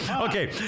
Okay